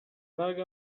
مرگ